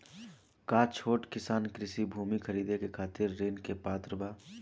का छोट किसान कृषि भूमि खरीदे के खातिर ऋण के पात्र बा?